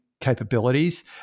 capabilities